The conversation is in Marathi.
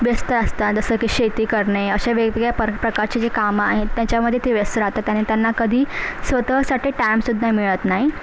व्यस्त असतात जसं की शेती करणे अशा वेगवेगळ्या पर प्रकारची जी कामं आहेत त्याच्यामध्ये ते व्यस्त राहतात आणि त्यांना कधी स्वतःसाठी टायमसुद्धा मिळत नाही